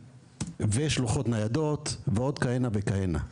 ושלוחות ניידות ועוד כהנה וכהנה.